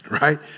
Right